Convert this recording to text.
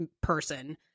person